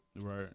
Right